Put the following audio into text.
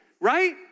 Right